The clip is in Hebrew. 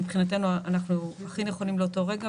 שמבחינתנו הם הכי נכונים לאותו רגע,